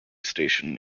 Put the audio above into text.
station